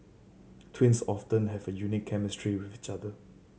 twins often have a unique chemistry with each other